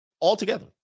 Altogether